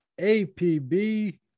APB